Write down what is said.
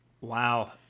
wow